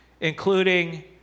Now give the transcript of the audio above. including